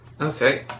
Okay